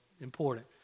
important